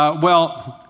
ah well,